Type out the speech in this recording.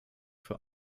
für